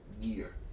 year